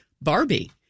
barbie